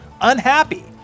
unhappy